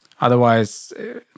otherwise